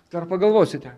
dar pagalvosite